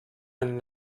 and